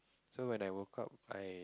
so when I woke I